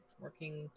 working